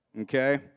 Okay